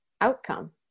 outcome